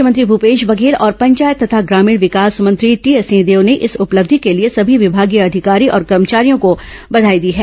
मुख्यमंत्री भूपेश बघेल और पंचायत तथा ग्रामीण विकास मंत्री टीएस सिंहदेव ने इस उपलब्धि के लिए सभी विभागीय अधिकारी और कर्मचारियों को बघाई दी है